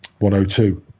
102